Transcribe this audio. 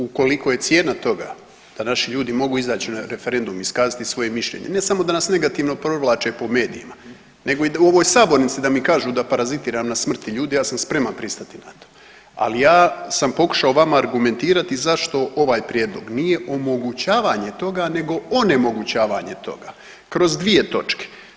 Ukoliko je cijena toga da naši ljudi mogu izaći na referendum i iskazati svoje mišljenje, ne samo da nas negativno provlače po medijima, nego i u ovoj sabornici da mi kažu da parazitiram na smrti ljudi, ja sam spreman pristati na to, ali ja sam pokušavao vama argumentirati zašto ovaj Prijedlog nije omogućavanje toga nego onemogućavanje toga, kroz dvije točke.